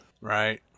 Right